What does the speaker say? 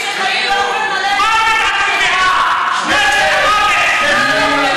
חבר הכנסת מיקי רוזנטל.